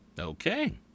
Okay